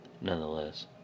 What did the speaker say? Nonetheless